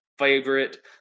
favorite